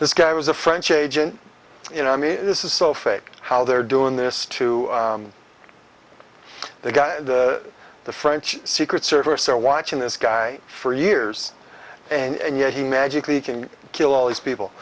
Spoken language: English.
this guy was a french agent you know i mean this is so fake how they're doing this to they guy the french secret service are watching this guy for years and yet he magically can kill all these people